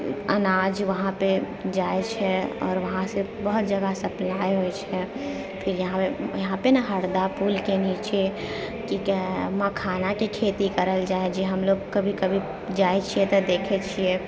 अनाज वहाँपे जाइ छै आओर वहाँसँ बहुत जगह सप्लाइ होइ छै फिर यहाँ पर ने हरदा पुलके नीचे कि कहै है मखानाके खेती करल जाहऽ जे हम लोग कभी कभी जाइ छिऐ तऽ देखै छिऐ